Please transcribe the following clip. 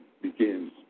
begins